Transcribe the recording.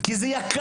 כי זה יקר.